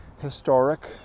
historic